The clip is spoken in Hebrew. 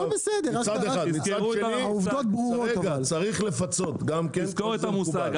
מצד שני, צריך לפצות גם כן, גם זה מקובל,